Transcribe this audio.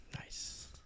Nice